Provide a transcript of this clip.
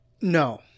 No